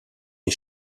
des